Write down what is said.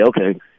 okay